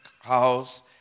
house